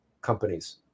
companies